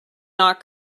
not